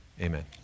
amen